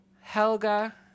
Helga